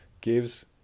gives